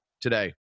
today